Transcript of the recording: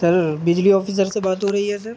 سر بجلی آفیسر سے بات ہو رہی ہے سر